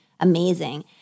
amazing